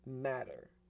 matter